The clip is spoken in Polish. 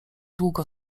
długo